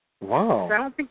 Wow